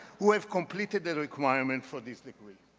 who have completed the requirement for this degree.